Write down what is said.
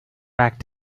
back